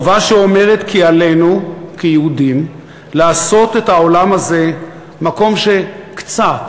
חובה שאומרת כי עלינו כיהודים לעשות את העולם הזה מקום שקצת,